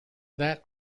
that